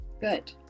Good